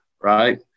right